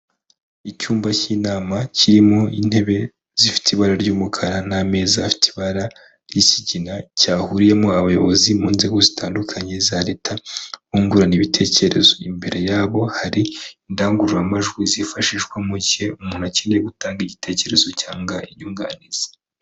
Iicyumba cy'inama kirimo intebe, zifite ibara ry'umukara n'amezaza afite ibara ry'ikigina, cyahuriyemo abayobozi mu nzego zitandukanye za leta, bungurana ibitekerezo, imbere yabo hari indangururamajwi, zifashishwa mu gihe umuntu akeneye gutanga igitekerezo cyangwa inyunganizi.